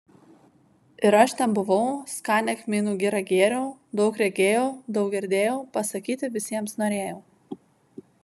ir aš ten buvau skanią kmynų girą gėriau daug regėjau daug girdėjau pasakyti visiems norėjau